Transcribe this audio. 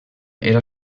era